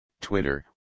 Twitter